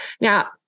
Now